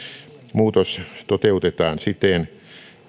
muutos toteutetaan siten